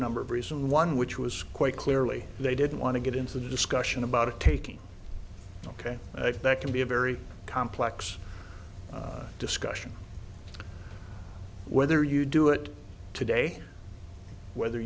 number of reason one which was quite clearly they didn't want to get into the discussion about a taking that can be a very complex discussion whether you do it today whether